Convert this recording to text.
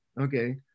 okay